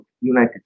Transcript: United